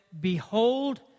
Behold